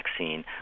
vaccine